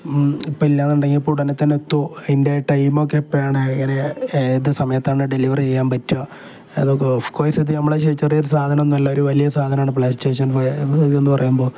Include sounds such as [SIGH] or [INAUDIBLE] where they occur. ഇപ്പോള് ഇല്ലെന്നുണ്ടെങ്കില് ഇപ്പോളുടനെത്തന്നെ എത്തുമോ അതിൻ്റെ ടൈമൊക്കെ എപ്പോഴാണ് ഇങ്ങനെ ഏത് സമയത്താണ് ഡെലിവറി ചെയ്യാൻ പറ്റുക അതൊക്കെ ഓഫ് കോഴ്സ് ഇത് നമ്മളെ [UNINTELLIGIBLE] ചെറിയൊരു സാധനമൊന്നുമല്ല ഒരു വലിയ സാധനമാണ് പ്ലേ സ്റ്റേഷന് ഫൈവ് എന്നുപറയുമ്പോള്